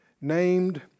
named